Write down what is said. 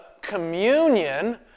communion